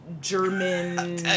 German